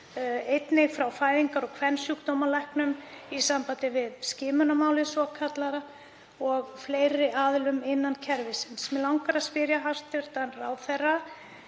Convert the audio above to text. einnig frá fæðingar- og kvensjúkdómalæknum í sambandi við skimunarmálið svokallaða og fleiri aðilum innan kerfisins. Mig langar að spyrja hæstv. ráðherra: